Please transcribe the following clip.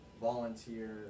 volunteer